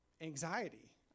anxiety